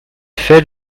fait